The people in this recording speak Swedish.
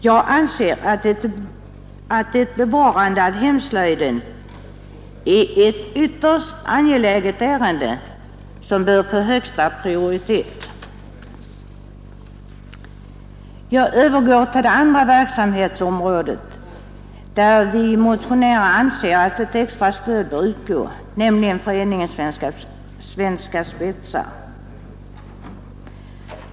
Jag anser att ett bevarande av hemslöjden är ett ytterst angeläget ärende som bör få högsta prioritet. Jag övergår till det andra verksamhetsområde där vi motionärer anser att ett extra stöd bör utgå; det gäller Föreningen Svenska spetsar.